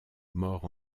morts